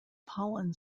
pollen